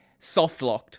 softlocked